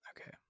Okay